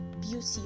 beauty